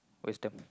wisdom